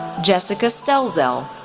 jessica stelzel,